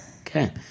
Okay